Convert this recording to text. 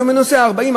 היום אני נוסע 40,